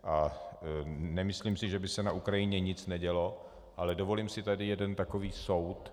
A nemyslím si, že by se na Ukrajině nic nedělo, ale dovolím si tady jeden takový soud.